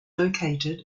located